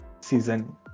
season